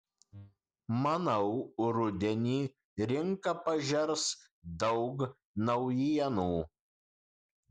manau rudenį rinka pažers daug naujienų